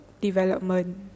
development